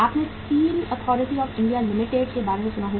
आपने Steel Authority of India Limited के बारे में सुना होगा